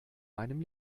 meinem